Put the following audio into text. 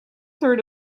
third